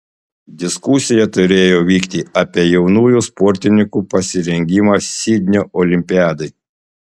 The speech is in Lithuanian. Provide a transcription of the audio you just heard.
diskusija turėjo vykti apie jaunųjų sportininkų pasirengimą sidnio olimpiadai